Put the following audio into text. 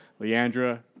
Leandra